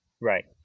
Right